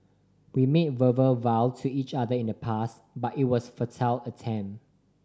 we made verbal vows to each other in the past but it was futile attempt